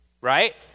Right